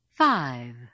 Five